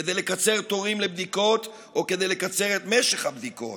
כדי לקצר תורים לבדיקות או כדי לקצר את משך הבדיקות.